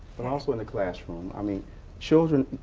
but also in the classroom i mean children.